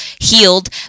healed